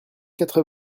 quatre